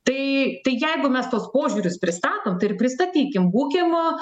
tai jeigu mes tuos požiūrius pristatom tai ir pristatykim būkim